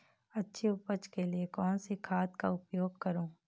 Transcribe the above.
अच्छी उपज के लिए कौनसी खाद का उपयोग करूं?